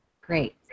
Great